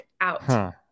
out